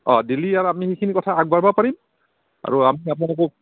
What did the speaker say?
অঁ দিলে আৰু আমি সেইখিনি কথা আগবঢ়াব পাৰিম আৰু আমি আপোনালোকক